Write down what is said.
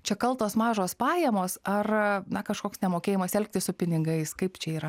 čia kaltos mažos pajamos ar na kažkoks nemokėjimas elgtis su pinigais kaip čia yra